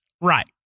Right